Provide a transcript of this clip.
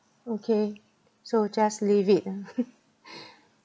okay so just leave it ah